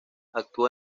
actuó